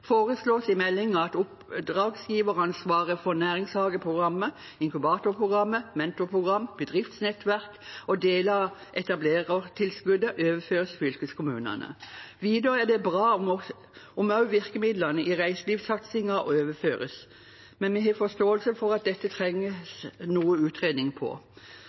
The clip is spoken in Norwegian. foreslås i meldingen at oppdragsgiveransvaret for næringshageprogrammet, inkubatorprogrammet, mentorprogram, bedriftsnettverk og deler at etablerertilskuddet overføres til fylkeskommunene. Videre er det bra om også virkemidlene i reiselivssatsingen overføres, men vi har forståelse for at dette trenger noe utredning.